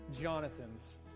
Jonathan's